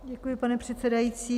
Děkuji, pane předsedající.